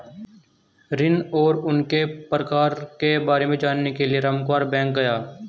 ऋण और उनके प्रकार के बारे में जानने के लिए रामकुमार बैंक गया